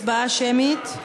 הצבעה שמית.